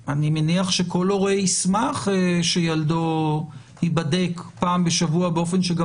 אני מניח שכל הורה ישמח שילדו ייבדק פעם בשבוע באופן שגם